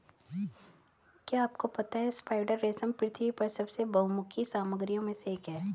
क्या आपको पता है स्पाइडर रेशम पृथ्वी पर सबसे बहुमुखी सामग्रियों में से एक है?